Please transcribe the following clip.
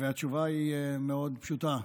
והתשובה מאוד פשוטה.